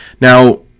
Now